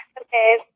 Okay